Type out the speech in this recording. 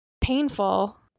painful